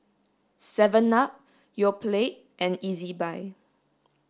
seven up Yoplait and Ezbuy